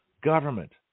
Government